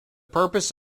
purpose